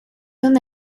una